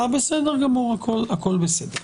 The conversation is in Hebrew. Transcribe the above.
בסדר גמור, הכל בסדר.